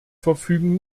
verfügen